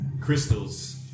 crystals